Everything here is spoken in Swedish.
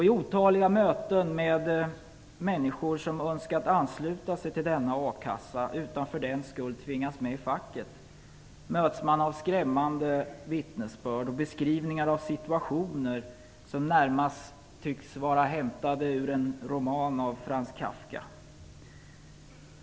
I otaliga möten med människor som önskat ansluta sig till denna a-kassa utan att för den skull tvingas med i facket möts man av skrämmande vittnesbörd och beskrivningar av situationer som närmast tycks vara hämtade ur en roman av Frans Kafka.